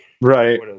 right